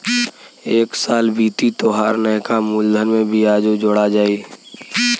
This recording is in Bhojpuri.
एक साल बीती तोहार नैका मूलधन में बियाजो जोड़ा जाई